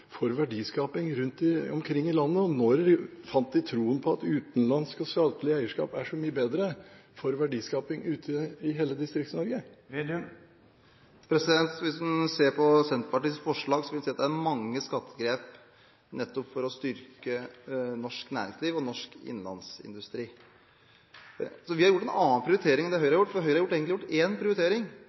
for verdiskaping rundt omkring i landet, og når fant de troen på at utenlandsk og statlig eierskap er så mye bedre for verdiskaping ute i hele Distrikts-Norge? Hvis en ser på Senterpartiets forslag, vil en se at det er mange skattegrep nettopp for å styrke norsk næringsliv og norsk innlandsindustri, så vi har prioritert annerledes enn det Høyre har gjort. Høyre har egentlig gjort én prioritering,